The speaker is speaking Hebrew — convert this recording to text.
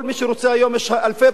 יש אלפי בתים במגזר הערבי,